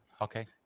Okay